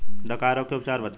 डकहा रोग के उपचार बताई?